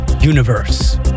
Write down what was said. universe